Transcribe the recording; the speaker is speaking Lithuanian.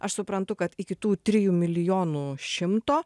aš suprantu kad iki tų trijų milijonų šimto